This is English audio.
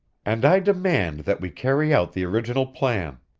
and i demand that we carry out the original plan!